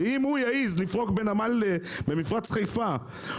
שאם הוא יעז לפרוק בנמל מפרץ חיפה,